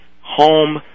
home